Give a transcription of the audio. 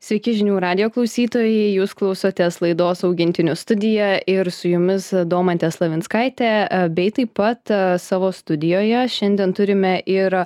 sveiki žinių radijo klausytojai jūs klausotės laidos augintinio studija ir su jumis domantė slavinskaitė bei taip pat savo studijoje šiandien turime ir